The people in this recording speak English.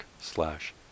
slash